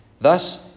thus